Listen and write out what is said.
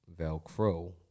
velcro